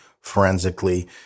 forensically